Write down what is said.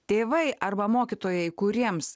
tėvai arba mokytojai kuriems